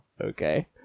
Okay